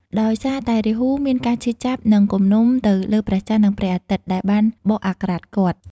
ដោយសារតែរាហូមានការឈឺចាប់ និងគំនុំទៅលើព្រះចន្ទ និងព្រះអាទិត្យដែលបានបកអាក្រាតគាត់។